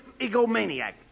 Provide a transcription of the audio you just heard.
egomaniac